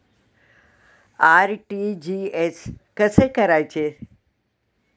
RTGS कसे करायचे?